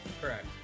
Correct